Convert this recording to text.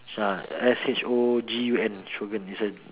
ah S H O G U N Shogun it's a